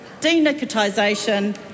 denicotisation